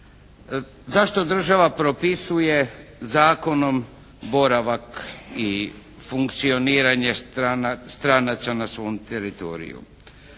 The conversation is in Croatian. Zašto država propisuje zakonom boravak i funkcioniranje stranaca na svom teritoriju?